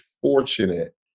fortunate